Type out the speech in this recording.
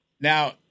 now